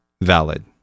valid